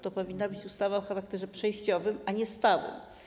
To powinna być ustawa o charakterze przejściowym, a nie stałym.